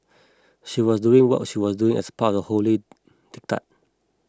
she was doing what she was doing as part of a holy diktat